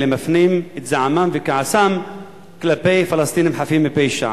מפנים את זעמם וכעסם כלפי פלסטינים חפים מפשע.